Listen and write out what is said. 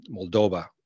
Moldova